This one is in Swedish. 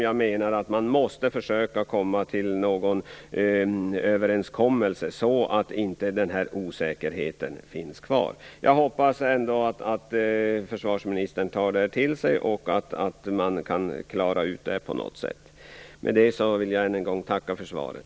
Jag menar att man måste försöka uppnå en överenskommelse, så att denna osäkerhet inte finns kvar. Jag hoppas att försvarsministern tar detta till sig och att man kan klara ut det på något sätt. Med det vill jag än en gång tacka för svaret.